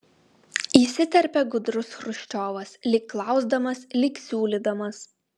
įsiterpė gudrus chruščiovas lyg klausdamas lyg siūlydamas